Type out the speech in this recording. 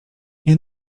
nie